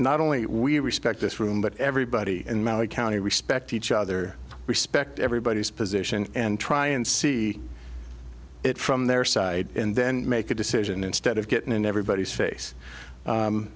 not only we respect this room but everybody in maui county respect each other respect everybody's position and try and see it from their side and then make a decision instead of getting in everybody's face